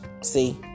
See